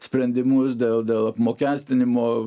sprendimus dėl dėl apmokestinimo